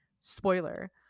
spoiler